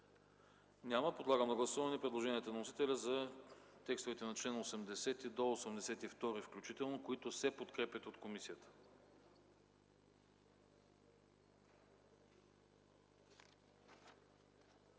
Няма. Подлагам на гласуване предложенията на вносителя за текстовете на чл. 84 и 85, които се подкрепят от комисията.